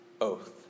oath